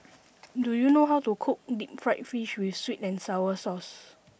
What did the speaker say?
do you know how to cook deep fried fish with sweet and sour sauce